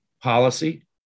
policy